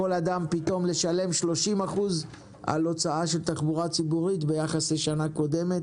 יכול אדם לשלם 30% יותר על תחבורה ציבורית ביחס לשנה קודמת.